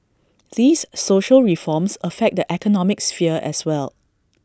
these social reforms affect the economic sphere as well